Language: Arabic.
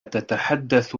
تتحدث